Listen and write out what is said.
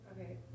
Okay